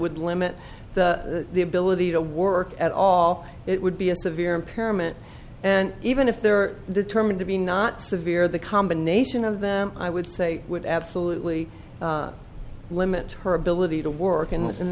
would limit the ability to work at all it would be a severe impairment and even if they're determined to be not severe the combination of them i would say would absolutely limit her ability to work in th